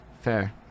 Fair